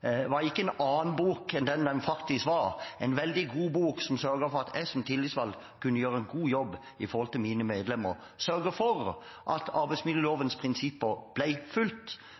ikke var en annen bok enn det den faktisk var: en veldig god bok som sørget for at jeg som tillitsvalgt kunne gjøre en god jobb overfor mine medlemmer – sørge for at arbeidsmiljølovens prinsipper ble fulgt,